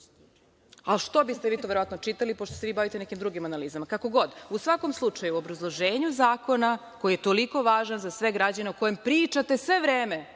a što biste vi to verovatno čitali, pošto se vi bavite nekim drugim analizama. Kako god, u svakom slučaju, u obrazloženju zakona koji je toliko važan za sve građane, o kojem pričate sve vreme